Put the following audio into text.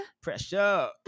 pressure